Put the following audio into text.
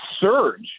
surge